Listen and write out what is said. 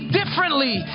differently